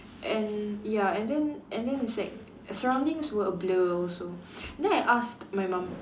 and ya and then and then it's like surroundings were a blur also then I asked my mum